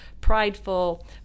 prideful